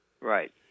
Right